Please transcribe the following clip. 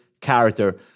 character